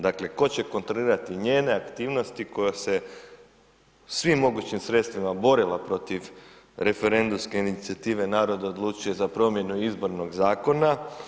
Dakle, tko će kontrolirati njene aktivnosti koja se svim mogućim sredstvima borila protiv referendumske inicijative „Narod odlučuje za promjenu izbornog zakona“